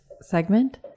segment